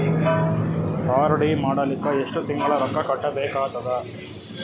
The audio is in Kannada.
ಆರ್.ಡಿ ಮಾಡಲಿಕ್ಕ ಎಷ್ಟು ತಿಂಗಳ ರೊಕ್ಕ ಕಟ್ಟಬೇಕಾಗತದ?